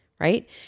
right